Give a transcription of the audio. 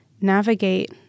navigate